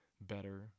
better